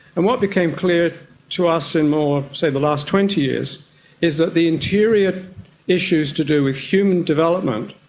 and what became clear to us in more, say, the last twenty years is that the interior issues to do with human development,